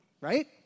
right